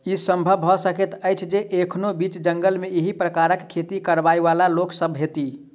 ई संभव भ सकैत अछि जे एखनो बीच जंगल मे एहि प्रकारक खेती करयबाला लोक सभ होथि